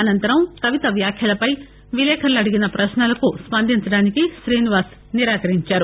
అసంతరం కవిత వ్యాఖ్యలపై విలేకరులు అడిగిన ప్రశ్నలకు స్పందించేందుకు శ్రీనివాస్ నిరాకరించారు